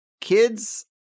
kids